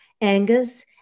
Angus